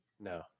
No